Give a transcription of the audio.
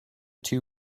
two